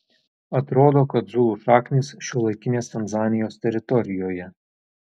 atrodo kad zulų šaknys šiuolaikinės tanzanijos teritorijoje